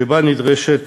שבה נדרשת